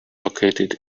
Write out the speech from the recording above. located